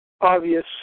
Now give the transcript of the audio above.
obvious